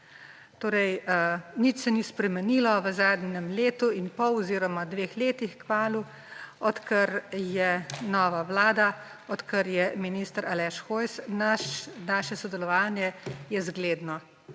ne. Nič se ni spremenilo v zadnjem letu in pol oziroma kmalu dveh letih, odkar je nova vlada, odkar je minister Aleš Hojs, naše sodelovanje je zgledno.